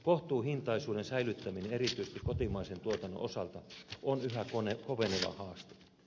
kohtuuhintaisuuden säilyttäminen erityisesti kotimaisen tuotannon osalta on yhä koveneva haaste